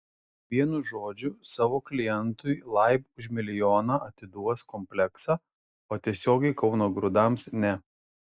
vienu žodžiu savo klientui laib už milijoną atiduos kompleksą o tiesiogiai kauno grūdams ne